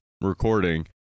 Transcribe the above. recording